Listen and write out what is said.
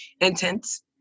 intense